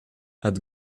add